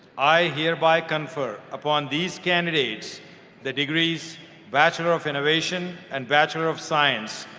i hereby confer upon these candidates the degrees bachelor of innovation and bachelor of science.